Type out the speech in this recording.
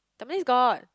Tampines got